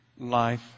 life